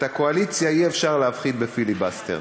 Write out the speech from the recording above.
את הקואליציה אי-אפשר להפחיד בפיליבסטר.